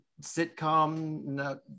sitcom